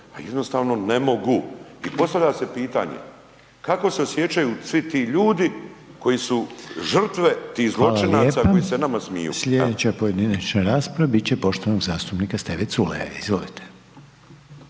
a jednostavno ne mogu i postavlja se pitanje kako se osjećaju svi ti ljudi koji su žrtve tih zločinaca koji se nama smiju. **Reiner, Željko (HDZ)** Hvala lijepa. Slijedeća pojedinačna rasprava biti će poštovanog zastupnika Steve Culeja, izvolite.